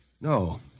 No